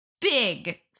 big